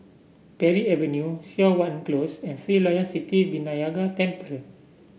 Parry Avenue Siok Wan Close and Sri Layan Sithi Vinayagar Temple